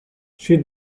she